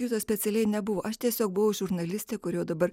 skirtas specialiai nebuvo aš tiesiog buvusi žurnalistė kurio dabar